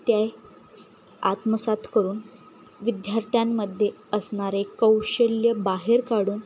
त्याही आत्मसात करून विद्यार्थ्यांमध्ये असणारे कौशल्य बाहेर काढून